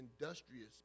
industrious